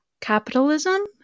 Capitalism